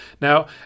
Now